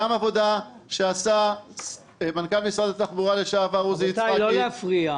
גם עבודה שעשה מנכ"ל משרד התחבורה לשעבר עוזי יצחקי,